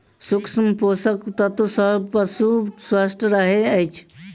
सूक्ष्म पोषक तत्व सॅ पशु स्वस्थ रहैत अछि